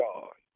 God